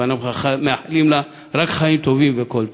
ואנחנו מאחלים לה רק חיים טובים וכל טוב.